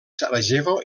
sarajevo